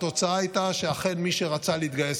התוצאה הייתה שאכן מי שרצה להתגייס,